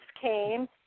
came